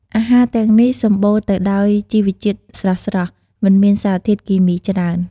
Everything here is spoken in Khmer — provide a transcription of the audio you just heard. អាហារទាំងនេះសម្បូរទៅដោយជីវជាតិស្រស់ៗ មិនមានសារធាតុគីមីច្រើន។